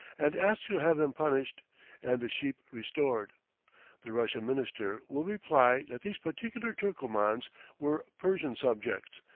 and ask to have them punished and the sheep restored the russian minister will reply that these particular turcomans were persian subjects,